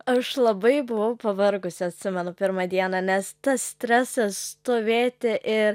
aš labai buvau pavargusi atsimenu pirmą dieną nes tas stresas stovėti ir